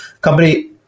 company